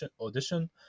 Audition